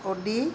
Audi